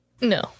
No